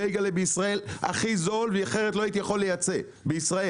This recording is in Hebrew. בייגלה בישראל הכי זול ואחרת לא הייתי יכול לייצא בישראל,